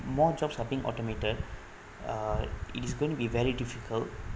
more jobs are being automated uh it is going to be very difficult